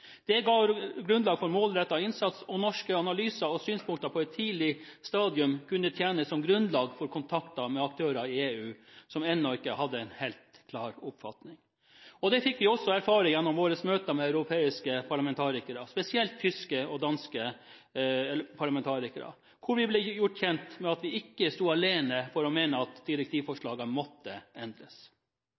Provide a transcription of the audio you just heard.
Det ga grunnlag for en målrettet innsats, og norske analyser og synspunkter på et tidlig stadium kunne tjene som grunnlag for kontakten med aktører i EU som ennå ikke hadde en helt klar oppfatning. Dette fikk vi også erfare gjennom møter med europeiske parlamentarikere, spesielt tyske og danske parlamentarikere, der vi ble gjort kjent med at vi ikke sto alene om å mene at direktivforslaget måtte endres.